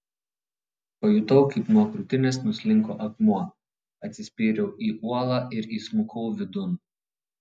pajutau kaip nuo krūtinės nuslinko akmuo atsispyriau į uolą ir įsmukau vidun